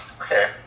okay